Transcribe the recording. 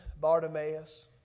Bartimaeus